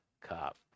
cop